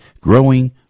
growing